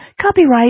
Copyright